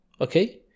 okay